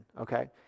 okay